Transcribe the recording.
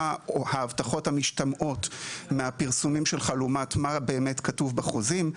מה ההבטחות המשתמעות מהפרסומים שלך לעומת מה שבאמת כתוב בחוזים?